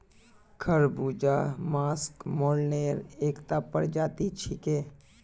खरबूजा मस्कमेलनेर एकता प्रजाति छिके